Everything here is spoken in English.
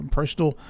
personal